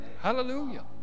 Hallelujah